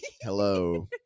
Hello